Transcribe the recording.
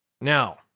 Now